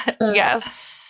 Yes